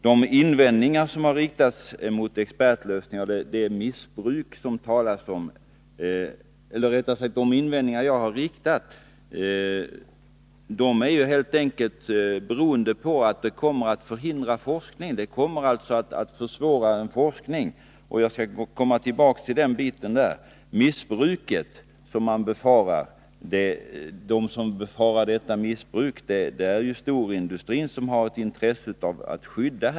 De invändningar som riktats mot expertlösningen gäller det missbruk som kan befaras. Anledningen till att jag riktat invändningar mot expertlösningen är att den kommer att förhindra och försvåra forskningen. Jag skall komma tillbaka till detta senare. Det är storindustrin som har anledning att befara missbruk, därför att den har intressen att skydda.